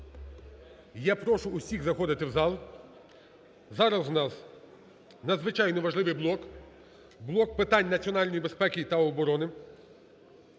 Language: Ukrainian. Я прошу всіх заходити в зал. Зараз у нас надзвичайно важливий блок – блок питань національної безпеки та оборони.